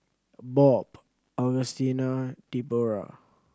Bob Augustina Debora